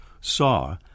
saw